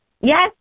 Yes